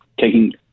taking